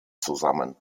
zusammen